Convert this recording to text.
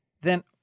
Then